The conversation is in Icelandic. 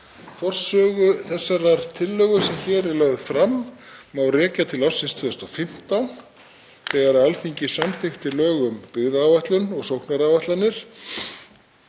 Forsögu þeirrar tillögu sem hér er lögð fram má rekja til ársins 2015 þegar Alþingi samþykkti lög um byggðaáætlun og sóknaráætlanir,